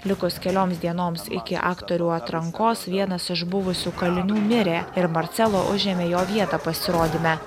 likus kelioms dienoms iki aktorių atrankos vienas iš buvusių kalinių mirė ir marcelo užėmė jo vietą pasirodyme